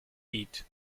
eat